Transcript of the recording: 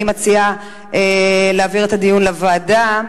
אני מציעה להעביר את הדיון לוועדה.